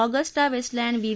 Agusta Westland V